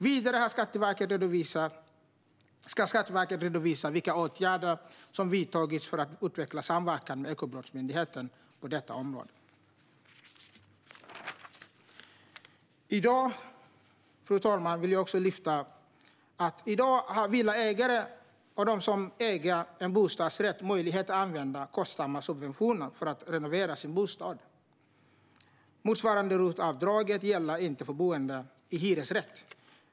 Vidare ska Skatteverket redovisa vilka åtgärder som vidtagits för att utveckla samverkan med Ekobrottsmyndigheten på detta område. I dag, fru talman, har villaägare och de som äger en bostadsrätt möjlighet att använda kostsamma subventioner för att renovera sin bostad. ROT-avdraget gäller däremot inte för boende i hyresrätt.